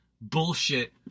bullshit